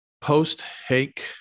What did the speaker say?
post-Hake